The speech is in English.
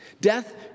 Death